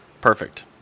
Perfect